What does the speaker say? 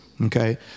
Okay